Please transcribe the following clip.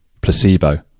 placebo